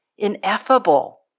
Ineffable